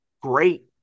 great